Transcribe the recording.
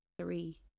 Three